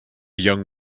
young